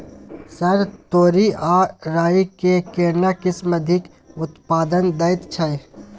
Sir तोरी आ राई के केना किस्म अधिक उत्पादन दैय छैय?